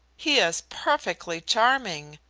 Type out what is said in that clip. he is perfectly charming.